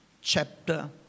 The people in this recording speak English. chapter